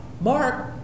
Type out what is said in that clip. Mark